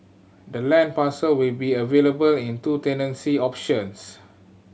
the land parcel will be available in two tenancy options